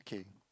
okay